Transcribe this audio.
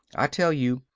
i tell you,